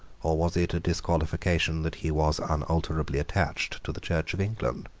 or was it a disqualification that he was unalterably attached to the church of england?